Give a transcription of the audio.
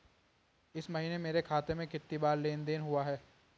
इस महीने मेरे खाते में कितनी बार लेन लेन देन हुआ है?